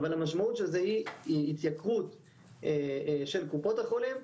אבל המשמעות של זה היא התייקרות של קופות החולים,